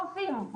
רופאים,